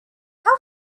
how